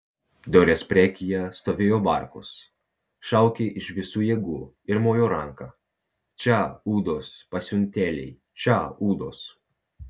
dorės priekyje stovėjo barkus šaukė iš visų jėgų ir mojo ranka čia ūdos pasiutėliai čia ūdos